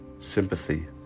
sympathy